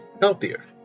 healthier